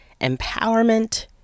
empowerment